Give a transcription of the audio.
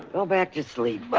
fell back asleep.